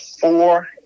four